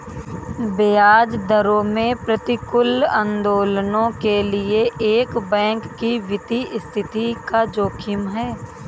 ब्याज दरों में प्रतिकूल आंदोलनों के लिए एक बैंक की वित्तीय स्थिति का जोखिम है